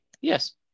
Yes